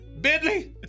Bidley